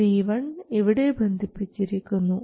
C1 ഇവിടെ ബന്ധിപ്പിച്ചിരിക്കുന്നു